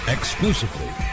Exclusively